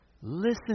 Listen